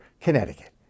Connecticut